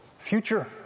Future